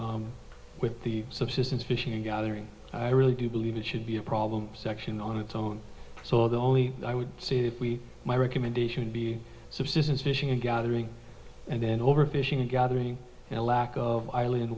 with the subsistence fishing gathering i really do believe it should be a problem section on its own so the only i would see if we my recommendation would be subsistence fishing and gathering and then overfishing and gathering and a lack of island